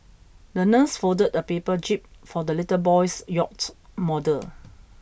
the nurse folded a paper jib for the little boy's yacht model